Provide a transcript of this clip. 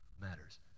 matters